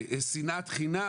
שנאת חינם.